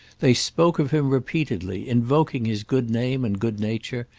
they spoke of him repeatedly, invoking his good name and good nature,